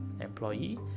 employee